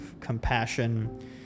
compassion